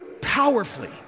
powerfully